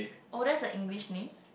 oh that's a English name